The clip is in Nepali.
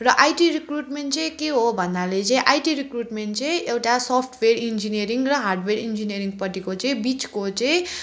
र आइटी रिक्रुटमेन्ट चाहिँ के हो भन्नाले चाहिँ आइटी रिक्रुटमेन्ट चाहिँ एउटा सफ्टवेयर इन्जिनिरिङ र हार्डवेयर इन्जिनिरिङपट्टिको चाहिँ बिचको चाहिँ